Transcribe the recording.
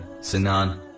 Sinan